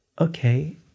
okay